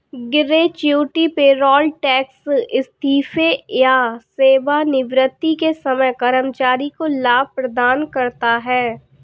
gratuity payroll tax इस्तीफे या सेवानिवृत्ति के समय कर्मचारी को लाभ प्रदान करता है